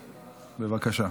בבקשה.